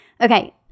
Okay